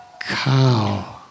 cow